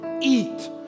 eat